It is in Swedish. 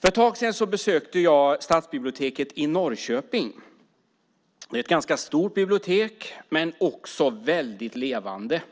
För ett tag sedan besökte jag stadsbiblioteket i Norrköping. Det är ett ganska stort bibliotek men också väldigt levande.